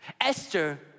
Esther